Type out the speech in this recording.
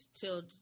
till